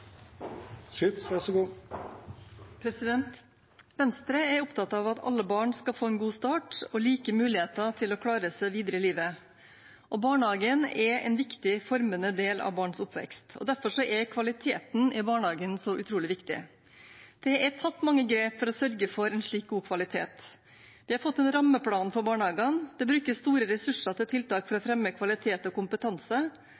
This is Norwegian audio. like muligheter til å klare seg videre i livet. Barnehagen er en viktig formende del av barns oppvekst. Derfor er kvaliteten i barnehagen så utrolig viktig. Det er tatt mange grep for å sørge for en slik god kvalitet. Vi har fått en rammeplan for barnehagene. Det brukes store ressurser til tiltak for å